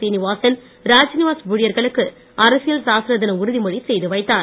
சீனிவாசன் ராஜ்நிவாஸ் ஊழியர்களுக்கு அரசியல் சாசன தின உறுதிமொழி செய்துவைத்தார்